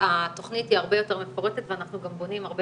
התכנית היא הרבה יותר מפורטת ואנחנו גם בונים הרבה